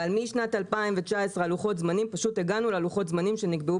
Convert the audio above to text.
אבל משנת 2019 הגענו ללוחות הזמנים שנקבעו